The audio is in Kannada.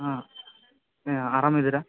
ಹಾಂ ನೀವು ಆರಾಮ ಇದ್ದೀರ